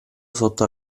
sotto